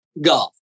God